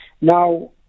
now